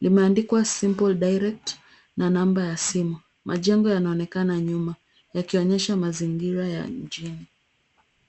limeandikwa simple direct na namba ya simu, majengo yanaonekana nyuma yakionyesha mazingira ya mjini.